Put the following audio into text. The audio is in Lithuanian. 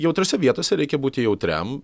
jautriose vietose reikia būti jautriam